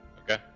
Okay